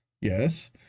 Yes